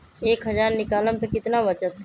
एक हज़ार निकालम त कितना वचत?